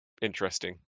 interesting